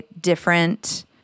different